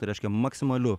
tai reiškia maksimaliu